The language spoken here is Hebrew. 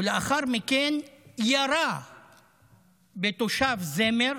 ולאחר מכן ירה בתושב זמר